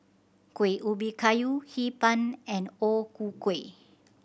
Kueh Ubi Kayu Hee Pan and O Ku Kueh